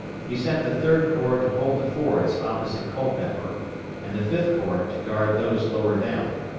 he sent the third corps to hold the fords opposite culpeper, and the fifth corps to guard those lower down.